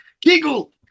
Giggle